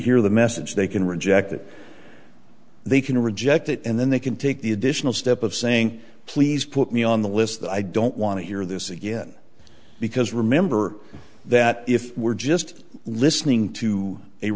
hear the message they can reject it they can reject it and then they can take the additional step of saying please put me on the list that i don't want to hear this again because remember that if we're just listening